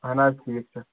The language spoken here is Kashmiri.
اہن حظ ٹھیٖک چھُ